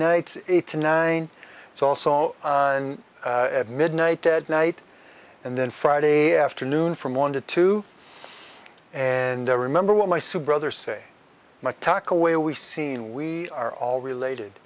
night eight to nine it's also at midnight that night and then friday afternoon from one to two and i remember when my sue brother say my tack away we seen we are all related